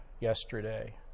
yesterday